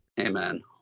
Amen